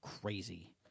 crazy